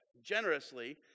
generously